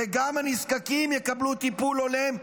וגם הנזקקים יקבלו טיפול הולם,